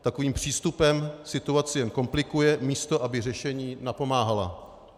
Takovým přístupem situaci jen komplikuje, místo aby řešení napomáhala.